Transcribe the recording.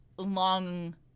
long